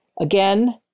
Again